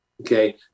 okay